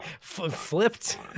flipped